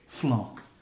flock